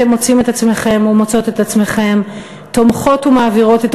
אתם מוצאים את עצמכם ומוצאות את עצמכן תומכות ומעבירות את